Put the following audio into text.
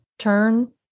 turn